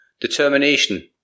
Determination